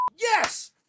yes